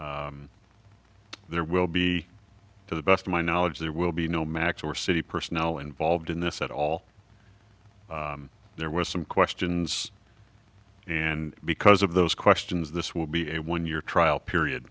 rack there will be to the best of my knowledge there will be no max or city personnel involved in this at all there was some questions and because of those questions this will be a one year trial period